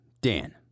Dan